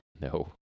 No